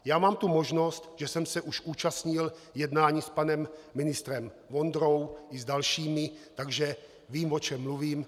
Já mám tu možnost, že jsem se už účastnil jednání s panem ministrem Vondrou i s dalšími, takže vím, o čem mluvím.